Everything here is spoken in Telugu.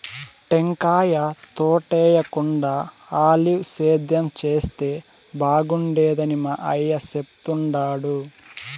టెంకాయ తోటేయేకుండా ఆలివ్ సేద్యం చేస్తే బాగుండేదని మా అయ్య చెప్తుండాడు